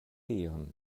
tion